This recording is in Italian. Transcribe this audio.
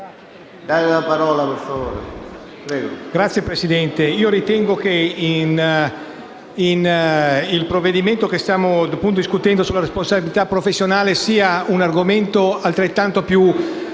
Signor Presidente, io ritengo che il provvedimento che stiamo discutendo, relativo alla responsabilità professionale, sia un argomento altrettanto e